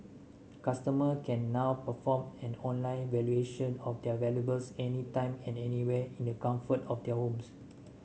customer can now perform an online valuation of their valuables any time and anywhere in the comfort of their homes